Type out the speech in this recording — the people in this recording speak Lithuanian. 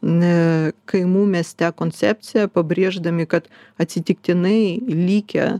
ne kaimų mieste koncepciją pabrėždami kad atsitiktinai likę